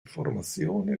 formazione